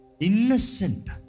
innocent